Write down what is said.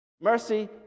Mercy